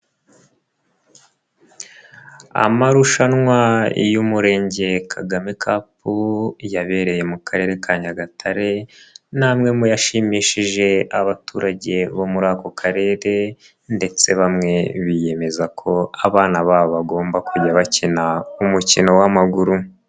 Amarushanwa y'Umurenge Kagame Cup yabereye mu Karere ka Nyagatare ni amwe mu yashimishije abaturage bo muri ako karere ndetse bamwe biyemeza ko abana babo bagomba kujya bakina umukino w'amaguru.